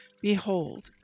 Behold